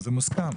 זה מוסכם?